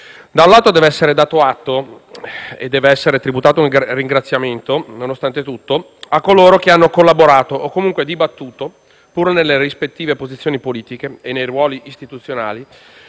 Da un lato deve essere dato atto e deve essere tributato un ringraziamento, nonostante tutto, a coloro che hanno collaborato, o comunque dibattuto, pur nelle rispettive posizioni politiche e nei ruoli istituzionali,